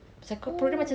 oh